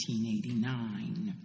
1989